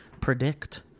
predict